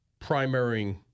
primarying